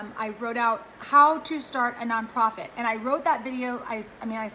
i wrote out how to start a nonprofit. and i wrote that video, i so i mean,